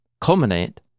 culminate